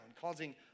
causing